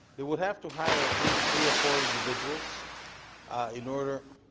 they would have to hire at least three or four individuals in order